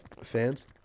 fans